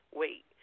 wait